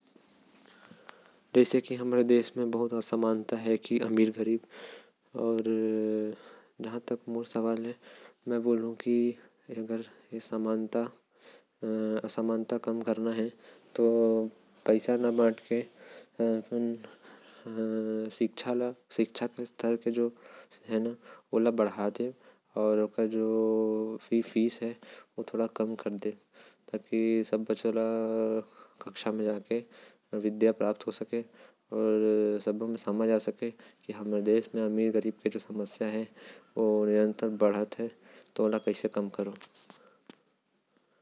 अगर देश म अमीर गरीब के फरक कम करना हे। त तय पैसा ल न बांट के शिक्षा ल बांट ओकर। से लाइका मन म काम करे के हुनर आही।